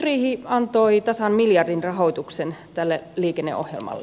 kehysriihi antoi tasan miljardin rahoituksen tälle liikenneohjelmalle